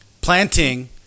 planting